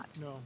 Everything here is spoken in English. No